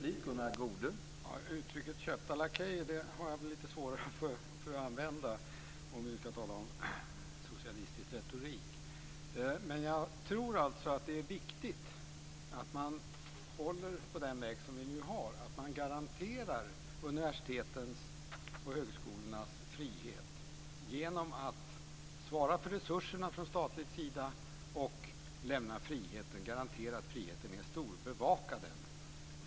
Herr talman! Jag har lite svårt för att använda uttrycket köpta lakejer - om vi ska tala om socialistisk retorik. Jag tror att det är viktigt att man garanterar och bevakar universitetens och högskolornas frihet genom att från statlig sida svara för resurserna.